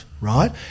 right